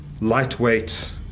lightweight